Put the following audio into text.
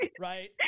right